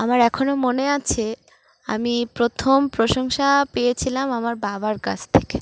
আমার এখনও মনে আছে আমি প্রথম প্রশংসা পেয়েছিলাম আমার বাবার কাছ থেকে